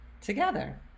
together